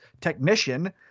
technician